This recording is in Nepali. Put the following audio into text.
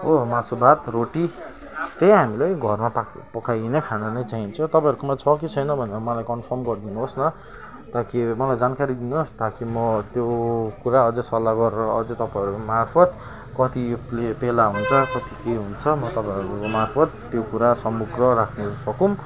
हो मासु भात रोटी त्यही हामीलाई घरमा पाक पकाइने खाना नै चाहिन्छ तपाईँहरूकोमा छ कि छैन भनेर मलाई कन्फर्म गरिदिनुहोस् न ताकि मलाई जानकारी दिनुहोस् ताकि म त्यो कुरा अझ सल्लाह गरेर अझै तपाईँहरू मार्फत कति प्ले पेला हुन्छ कति के हुन्छ म तपाईँहरू मार्फत त्यो कुरा समग्र राख्न सकौँ